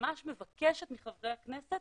ממש מבקשת מחברי הכנסת